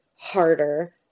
harder